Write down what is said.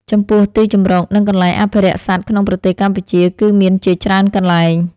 ចំពោះ ទីជម្រក និងកន្លែងអភិរក្សសត្វក្នុងប្រទេសកម្ពុជា គឺមានជាច្រើនកន្លែង។